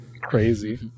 Crazy